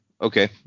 Okay